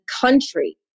country